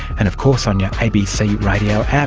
and of course on your abc radio app